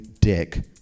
dick